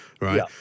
right